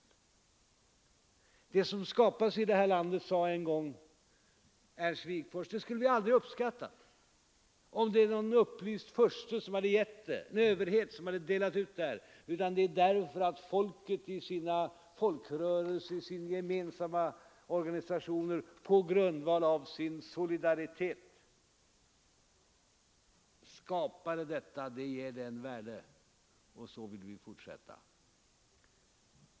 Det som skapas i det här landet, sade en gång Ernst Wigforss, skulle vi aldrig uppskatta, om det vore någon upplyst furste, någon överhet som hade delat ut det, utan det får värde därför att människorna i sina gemensamma organisationer, på grundval av sin solidaritet, skapat det hela. Så vill vi fortsätta.